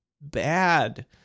bad